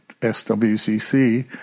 SWCC